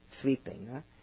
sweeping